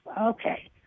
Okay